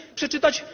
przeczytać